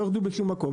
לא יורדים בשום מקום.